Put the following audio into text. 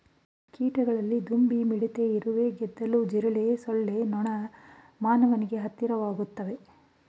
ಕೀಟಗಳಲ್ಲಿ ದುಂಬಿ ಮಿಡತೆ ಇರುವೆ ಗೆದ್ದಲು ಜಿರಳೆ ಸೊಳ್ಳೆ ನೊಣ ಮಾನವನಿಗೆ ಹತ್ತಿರವಾಗಯ್ತೆ